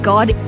God